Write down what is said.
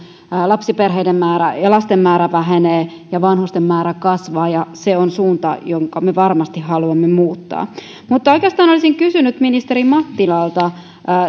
lapsiperheiden ja ja lasten määrä vähenee ja vanhusten määrä kasvaa se on suunta jonka me varmasti haluamme muuttaa oikeastaan olisin kysynyt ministeri mattilalta